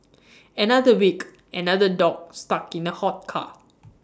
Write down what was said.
another week another dog stuck in A hot car